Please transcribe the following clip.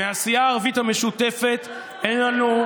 מהסיעה הערבית המשותפת אין לנו,